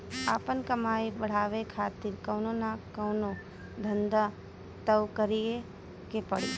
आपन कमाई बढ़ावे खातिर कवनो न कवनो धंधा तअ करीए के पड़ी